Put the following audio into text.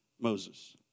Moses